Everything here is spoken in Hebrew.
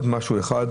יש לי הרגשה,